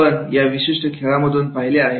आपण या विशिष्ट खेळामधून पाहिले आहे